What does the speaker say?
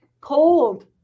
Cold